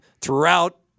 throughout